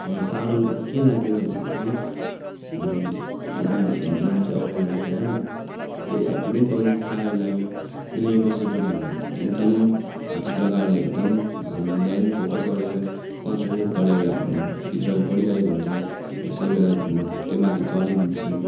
साह्रो के लाग्यो भन्दाखेरि चाहिँ एउटा मान्छे अगाडि राखेर त्यो एकुरेट बनाउनु चाहिँ साह्रो लाग्यो किनकि कसै बेला एकदम चित्रकारले एकदम ध्यान फोकस गरेर कन्सन्ट्रेट गरेर चित्र कोरिराखेका हुन्छन् कसै बेला त्यो मान्छे चलिदिन्छन्